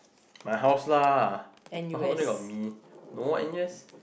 my house lah my house only got no N U_S